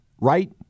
right